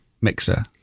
mixer